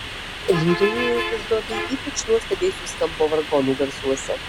lyriniai epizodai ypač nuostabiai suskambo vargonų garsuose